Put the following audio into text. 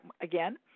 again